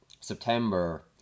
September